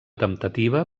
temptativa